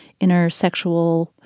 intersexual